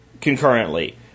Concurrently